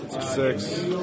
six